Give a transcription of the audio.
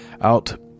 out